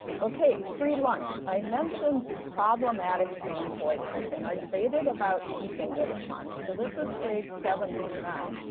okay, free lunch. i mentioned problematic own voices and i debated about keeping this one. so this is grade seven through nine.